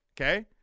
Okay